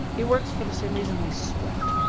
it works for the same reason we sweat.